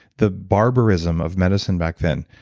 the barbarism of medicine back then.